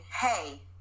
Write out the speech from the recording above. hey